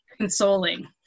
consoling